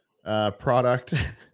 Product